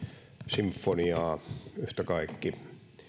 sinfoniaa yhtä kaikki